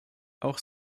auch